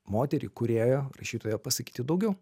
moterį kūrėją rašytoją pasakyti daugiau